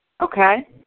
Okay